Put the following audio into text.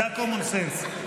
זה ה-common sense,